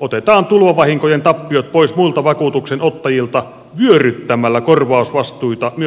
otetaan tulvavahinkojen tappiot pois muilta vakuutuksenottajilta vyöryttämällä korvausvastuita myös heidän vakuutuksiinsa